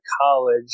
college